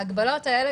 ההגבלות האלה